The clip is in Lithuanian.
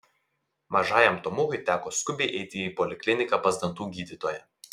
mažajam tomukui teko skubiai eiti į polikliniką pas dantų gydytoją